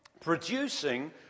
Producing